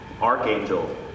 archangel